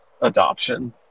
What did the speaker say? adoption